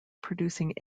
producing